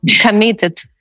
committed